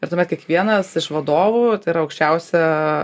ir tuomet kiekvienas iš vadovų tai yra aukščiausia